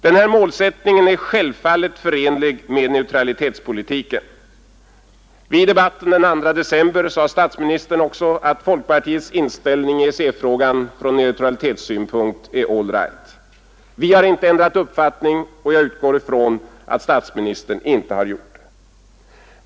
Denna målsättning är självfallet förenlig med neutralitetspolitiken. Vid debatten den 2 december 1971 sade statsministern också att folkpartiets inställning i EEC-frågan från neutralitetssynpunkt är all right. Vi har inte ändrat uppfattning, och jag utgår från att statsministern inte heller har gjort det.